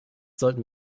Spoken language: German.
sollten